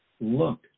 look